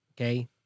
Okay